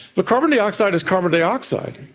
but carbon dioxide is carbon dioxide.